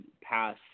pass